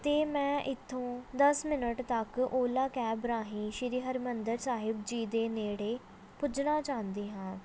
ਅਤੇ ਮੈਂ ਇਥੋਂ ਦਸ ਮਿੰਨਟ ਤੱਕ ਓਲਾ ਕੈਬ ਰਾਹੀਂ ਸ਼੍ਰੀ ਹਰਿਮੰਦਰ ਸਾਹਿਬ ਜੀ ਦੇ ਨੇੜੇ ਪੁੱਜਣਾ ਚਾਹੁੰਦੀ ਹਾਂ